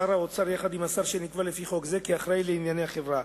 שר האוצר יחד עם השר שנקבע לפי חוק זה כאחראי לענייני החברה,